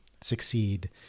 succeed